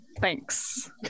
Thanks